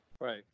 Right